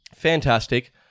fantastic